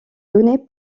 données